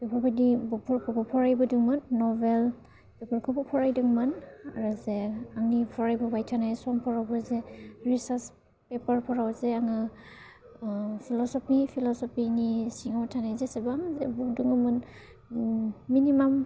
बेफोर बादि बुकफोरखौबो फरायबोदोंमोन नभेल बेफोरखौबो फरायदोंमोन आरो जे आंनि फरायबोबाय थानाय समफोरावबो जे रिर्चाच पेपारफोराव जे आङो फिल'सफि फिल'सफिनि सिङाव थानाय जेसेबां जे गुन दङोमोन मिनिमाम